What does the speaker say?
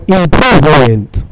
improvement